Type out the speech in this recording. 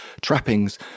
trappings